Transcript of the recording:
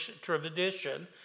tradition